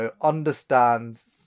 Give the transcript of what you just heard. understands